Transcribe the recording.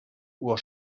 uhr